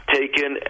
taken